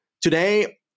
today